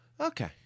Okay